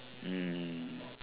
mm